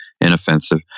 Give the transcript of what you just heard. inoffensive